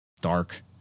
dark